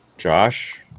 Josh